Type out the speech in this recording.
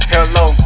Hello